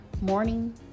morning